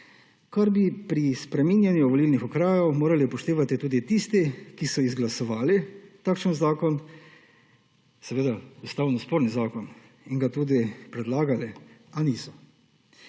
Kar bi pri spreminjanju volilnih okrajev morali upoštevati tudi tisti, ki so izglasovali takšen zakon seveda ustavno sporni zakon in ga tudi predlagali a niso.